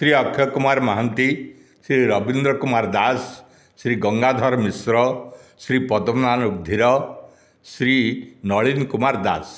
Shri Akshay Kumar Mohanty Shri Rabindra Kumar Das Shri Gangadhar Mishra Shri Padmanadh Udhir Shri Nalini Kumar Das